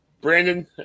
Brandon